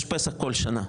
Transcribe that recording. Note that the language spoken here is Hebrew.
יש פסח כל שנה,